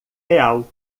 real